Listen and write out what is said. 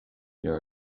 your